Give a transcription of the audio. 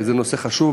זה נושא חשוב,